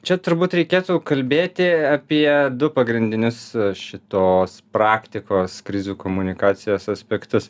čia turbūt reikėtų kalbėti apie du pagrindinius šitos praktikos krizių komunikacijos aspektus